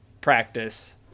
practice